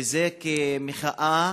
וזה כמחאה